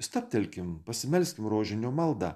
stabtelkim pasimelskim rožinio malda